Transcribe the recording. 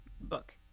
book